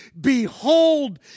behold